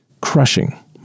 crushing